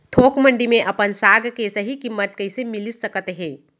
थोक मंडी में अपन साग के सही किम्मत कइसे मिलिस सकत हे?